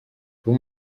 kuba